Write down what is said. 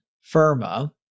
FIRMA